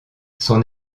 son